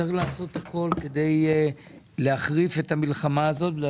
וצריך לעשות הכל כדי להחריף את המלחמה הזאת בגלל